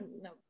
no